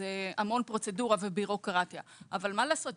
זאת המון פרוצדורה ובירוקרטיה אבל מה לעשות,